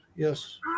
Yes